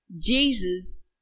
Jesus